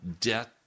debt